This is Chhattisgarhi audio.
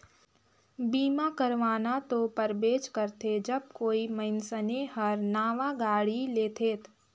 बीमा करवाना तो परबेच करथे जब कोई मइनसे हर नावां गाड़ी लेथेत